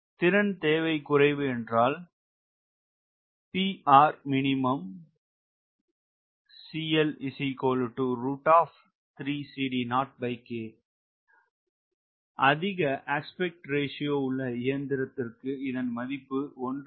திறன் தேவை குறைவு என்றால் அதிக அஸ்பெக்ட் ரேஷியோ உள்ள இயந்திரத்திற்கு இதன் மதிப்பு 1